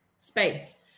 space